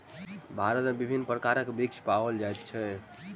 भारत में विभिन्न प्रकारक वृक्ष पाओल जाय छै